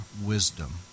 wisdom